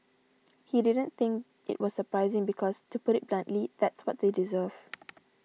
he didn't think it was surprising because to put it bluntly that's what they deserve